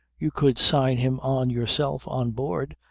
you could sign him on yourself on board,